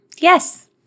Yes